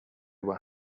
were